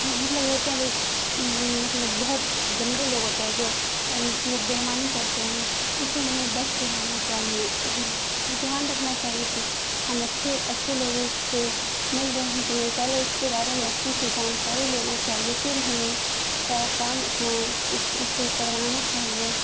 مطلب ہوتے ہیں بھائی مطلب بہت گندے لوگ ہوتے ہیں جو بےایمانی کرتے ہیں اسے ہمیں بچ کے رہنا چاہیے دھیان رکھنا چاہیے کہ ہم اچھے اچھے لوگوں سے مل رہے ہیں کہ نہیں پہلے اس کے بارے میں اچھے سے جانکاری لینا چاہیے پھر ہمیں سارا کام اپنا اس سے کروانا چاہیے